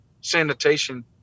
sanitation